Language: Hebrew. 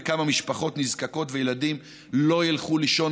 וכמה משפחות נזקקות וילדים לא ילכו לישון